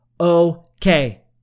Okay